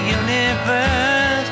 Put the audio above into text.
universe